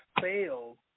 fail